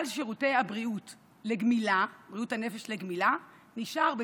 שלל שירותי בריאות הנפש לגמילה נשארים